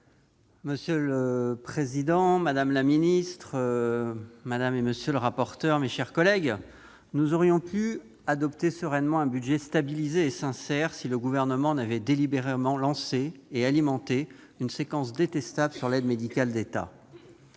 Monsieur le président, madame la secrétaire d'État, mes chers collègues, nous aurions pu adopter sereinement un budget stabilisé et sincère si le Gouvernement n'avait délibérément lancé et alimenté une séquence détestable sur l'aide médicale de l'État.